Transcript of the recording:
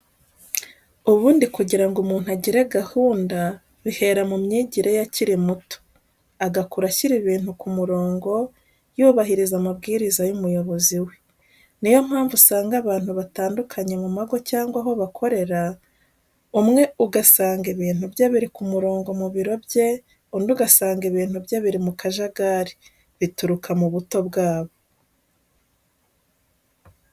Ubundi kugira ngo umuntu agire gahunda bihera mu myigire ye akiri muto agakura ashyira ibintu ku murongo yubahiriza amabwiriza y'umuyobozi we. Ni yo mpamvu uzasanga abantu batandukanye mu mago cyangwa aho bakorera, umwe ugasanga ibintu bye biri ku murongo mu biro bye, undi ugasanga ibintu bye biri mu kajagari bituruka mu buto bwabo.